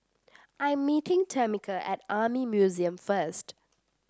I'm meeting Tamica at Army Museum first